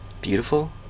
beautiful